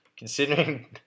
Considering